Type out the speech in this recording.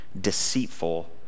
deceitful